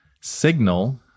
signal